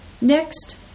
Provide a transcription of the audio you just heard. Next